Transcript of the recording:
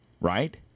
right